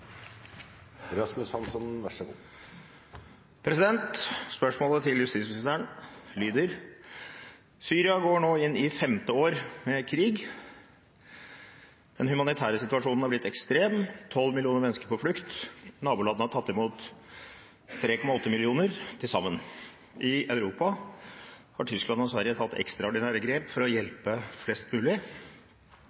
Spørsmålet til justisministeren lyder: «Syria går nå inn i femte året med krig. Den humanitære situasjonen er blitt ekstrem, med 12 millioner mennesker på flukt. Nabolandene har tatt imot 3,8 millioner flyktninger til sammen. I Europa har Tyskland og Sverige tatt ekstraordinære grep for å hjelpe flest mulig.